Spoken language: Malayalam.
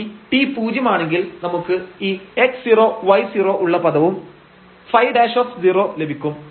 ഇനി t പൂജ്യം ആണെങ്കിൽ നമുക്ക് ഈ x൦y൦ ഉള്ള പദവും ɸ' ലഭിക്കും